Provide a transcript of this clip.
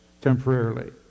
temporarily